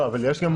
כמה